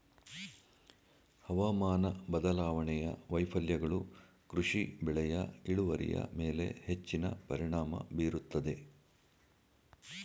ಹವಾಮಾನ ಬದಲಾವಣೆಯ ವೈಫಲ್ಯಗಳು ಕೃಷಿ ಬೆಳೆಯ ಇಳುವರಿಯ ಮೇಲೆ ಹೆಚ್ಚಿನ ಪರಿಣಾಮ ಬೀರುತ್ತದೆ